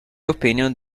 opinion